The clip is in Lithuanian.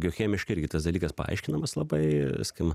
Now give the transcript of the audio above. biochemiškai irgi tas dalykas paaiškinamas labai skim